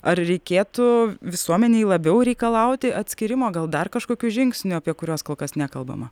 ar reikėtų visuomenei labiau reikalauti atskyrimo gal dar kažkokių žingsnių apie kuriuos kol kas nekalbama